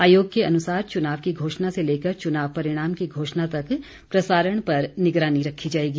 आयोग के अनुसार चुनाव की घोषणा से लेकर चुनाव परिणाम की घोषणा तक प्रसारण पर निगरानी रखी जाएगी